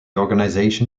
organization